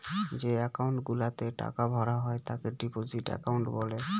যে একাউন্ট গুলাতে টাকা ভরা হয় তাকে ডিপোজিট একাউন্ট বলে